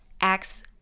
Acts